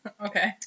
Okay